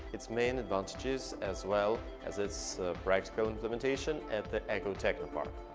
its main advantages, as well as its practical implementation at the ecotechnopark.